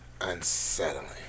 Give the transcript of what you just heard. unsettling